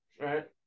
right